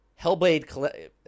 Hellblade